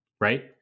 right